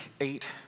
eight